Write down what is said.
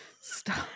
stop